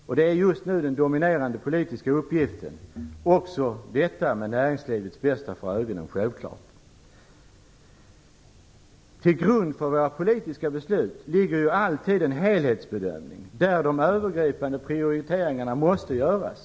Detta är just nu den dominerande politiska uppgiften, självfallet också detta med näringslivets bästa för ögonen. En helhetsbedömning ligger ju alltid till grund för våra politiska beslut, där de övergripande prioriteringarna måste göras.